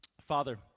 Father